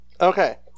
Okay